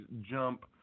jump –